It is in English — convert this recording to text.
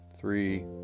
three